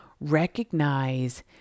Recognize